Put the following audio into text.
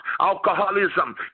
Alcoholism